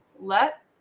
let